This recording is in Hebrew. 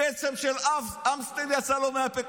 קצף של אמסטל יצא לו מהפה,